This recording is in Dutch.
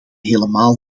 helemaal